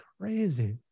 crazy